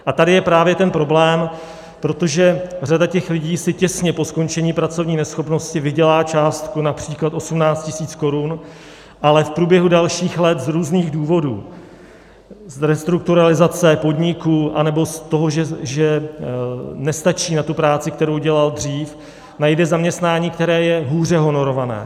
A tady je právě ten problém, protože řada těch lidí si těsně po skončení pracovní neschopnosti vydělá částku například 18 tisíc korun, ale v průběhu dalších let z různých důvodů, z restrukturalizace podniků anebo z toho, že nestačí na tu práci, kterou dělal dřív, najde zaměstnání, které je hůře honorované.